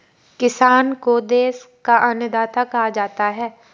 किसान को देश का अन्नदाता कहा जाता है